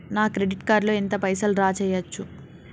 నా credit card లో ఎంత పైసల్ డ్రా చేయచ్చు?